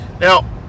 Now